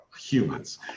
Humans